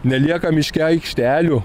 nelieka miške aikštelių